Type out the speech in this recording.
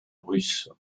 russe